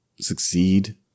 succeed